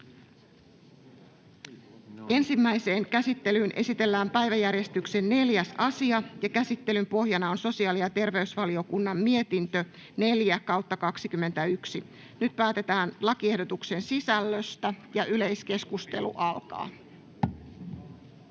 Ensimmäiseen käsittelyyn esitellään päiväjärjestyksen 4. asia. Käsittelyn pohjana on sosiaali‑ ja terveysvaliokunnan mietintö StVM 4/2021 vp. Nyt päätetään lakiehdotuksen sisällöstä. — Edustaja Räsänen.